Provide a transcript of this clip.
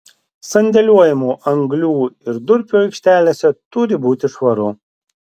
sandėliuojamų anglių ir durpių aikštelėse turi būti švaru